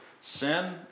sin